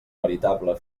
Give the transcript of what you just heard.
veritable